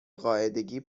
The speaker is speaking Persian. قاعدگی